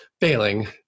failing